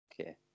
Okay